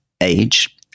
age